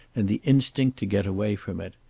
and the instinct to get away from it.